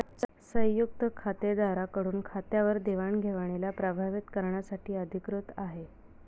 संयुक्त खातेदारा कडून खात्यावर देवाणघेवणीला प्रभावीत करण्यासाठी अधिकृत आहे